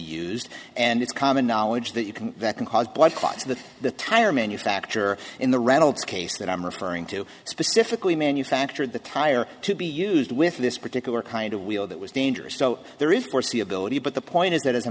used and it's common knowledge that you can that can cause blood clots that the tire manufacturer in the reynolds case that i'm referring to specifically manufactured the tire to be used with this particular kind of wheel that was dangerous so there is foreseeability but the point is that as a